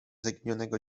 zaginionego